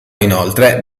inoltre